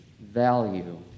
value